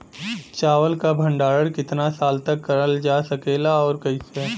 चावल क भण्डारण कितना साल तक करल जा सकेला और कइसे?